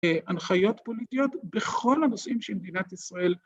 ‫הנחיות פוליטיות ‫בכל הנושאים שמדינת ישראל...